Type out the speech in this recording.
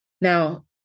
Now